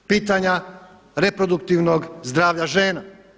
Pitanja reproduktivnog zdravlja žena?